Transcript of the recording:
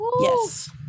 yes